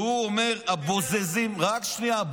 כשהוא אומר "הבוזזים" רק שנייה.